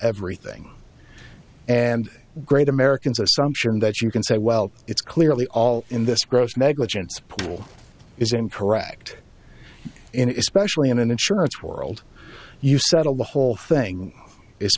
everything and great americans are so i'm sure in that you can say well it's clearly all in this gross negligence pool is incorrect in especially in an insurance world you settle the whole thing i